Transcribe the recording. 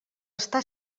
està